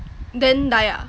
then die ah